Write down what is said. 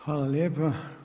Hvala lijepa.